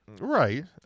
Right